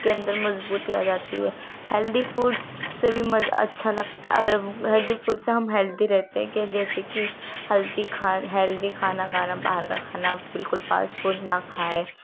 کے اندر مضبوطی آ جاتی ہے ہیلدی فوڈس سے بھی اچھا لگتا ہے ہیلدی فوڈ سے ہم ہیلدی رہتے ہیں کہ جیسے کہ ہیلدی ہیلدی کھانا کھانا باہر کا کھانا بالکل فاسٹ فوڈ نہ کھائیں